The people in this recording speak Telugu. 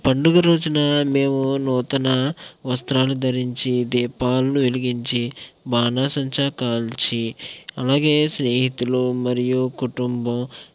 పండుగ రోజున మేము నూతన వస్త్రాలు ధరించి దీపాలను వెలిగించి బాణాసంచా కాల్చి అలాగే స్నేహితులు మరియు కుటుంబం